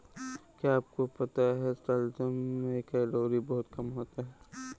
क्या आपको पता है शलजम में कैलोरी बहुत कम होता है?